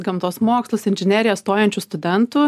gamtos mokslus inžineriją stojančių studentų